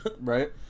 Right